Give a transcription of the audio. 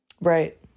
Right